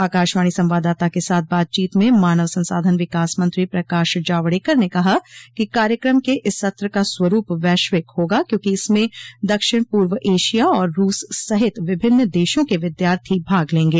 आकाशवाणी संवाददाता के साथ बातचीत में मानव संसाधन विकास मंत्री प्रकाश जावड़ेकर ने कहा कि कार्यक्रम के इस सत्र का स्वरूप वैश्विक होगा क्योंकि इसमें दक्षिण पूर्व एशिया और रूस सहित विभिन्न देशों के विद्यार्थी भाग लेंगे